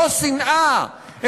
לא שנאה,